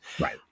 Right